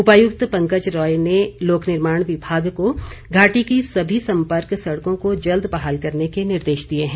उपायुक्त पंकज राय ने लोकनिर्माण विभाग को घाटी की सभी संपर्क सड़कों को जल्द बहाल करने के निर्देश दिए हैं